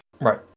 right